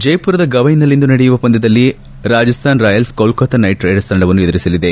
ಜೈಮರದ ಗವ್ನೆನಲ್ಲಿಂದು ನಡೆಯುವ ಪಂದ್ದದಲ್ಲಿ Rajasthan Royals Kolkata Knight Riders ತಂಡವನ್ನು ಎದುರಿಸಲಿದೆ